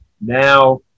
now